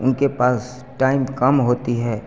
उनके पास टाइम कम होती है